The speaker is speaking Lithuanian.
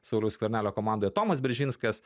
sauliaus skvernelio komandoje tomas beržinskas